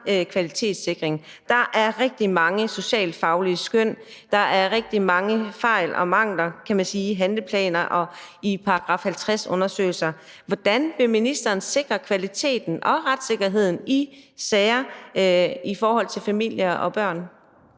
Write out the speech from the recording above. kvalitetssikring. Der er rigtig mange socialfaglige skøn, og der er rigtig mange fejl og mangler, kan man sige, i handleplaner og i § 50-undersøgelser. Hvordan vil ministeren sikre kvaliteten og retssikkerheden i sager i forhold til familier og børn?